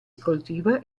coltiva